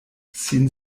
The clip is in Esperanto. sin